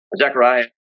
Zechariah